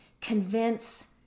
convince